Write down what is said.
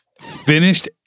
finished